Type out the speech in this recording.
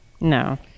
No